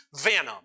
venom